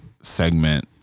segment